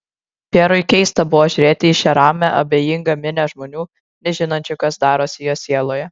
pjerui keista buvo žiūrėti į šią ramią abejingą minią žmonių nežinančių kas darosi jo sieloje